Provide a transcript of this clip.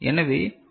எனவே 0